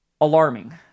alarming